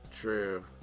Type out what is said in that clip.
True